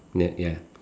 ya ya